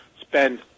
spend